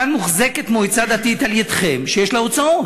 כאן מוחזקת מועצה דתית על-ידיכם, יש לה הוצאות,